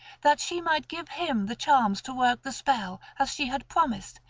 that she might give him the charms to work the spell as she had promised,